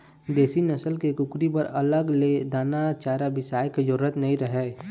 देसी नसल के कुकरी बर अलग ले दाना चारा बिसाए के जरूरत नइ रहय